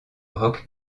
rock